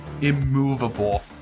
immovable